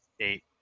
eight